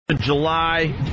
July